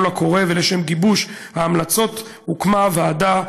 הקורא ולשם גיבוש ההמלצות הוקמה ועדה,